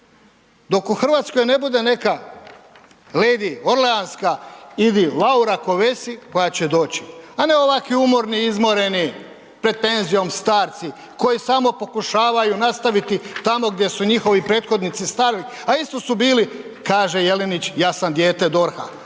Dok u Hrvatskoj ne bude neka lady Orleanska ili Laura Kövesi koja će doći, a ne ovakvi umorni, izmoreni, pred penzijom starci koji samo pokušavaju nastaviti tamo gdje su njihovi prethodnici stali, a isto su bili, kaže Jelinić, ja sam dijete DORH-a.